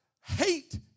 hate